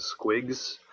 Squigs